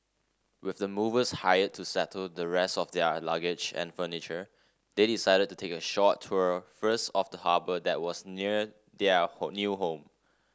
with the movers hired to settle the rest of their luggage and furniture they decided to take a short tour first of the harbour that was near their new home